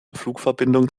flugverbindung